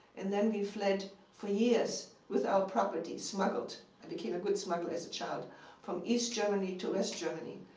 and then we fled for years without property, smuggled i became a good smuggler as a child from east germany to west germany.